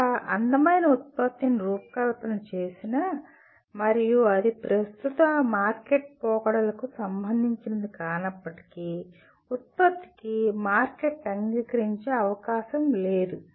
ఒక అందమైన ఉత్పత్తిని రూపకల్పన చేసినా మరియు అది ప్రస్తుత మార్కెట్ పోకడలకు సంబంధించినది కానప్పటికీ ఉత్పత్తికి మార్కెట్ అంగీకరించే అవకాశం లేదు